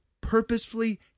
purposefully